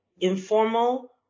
informal